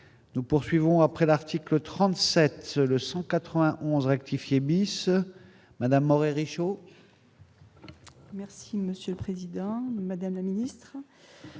nous poursuivons après l'article 37 le 191 rectifier bis madame Moret. Merci Monsieur le Président, Madame la Ministre,